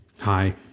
Hi